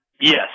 Yes